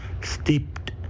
steeped